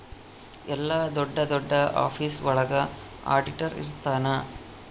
ಎಲ್ಲ ದೊಡ್ಡ ದೊಡ್ಡ ಆಫೀಸ್ ಒಳಗ ಆಡಿಟರ್ ಇರ್ತನ